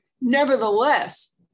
nevertheless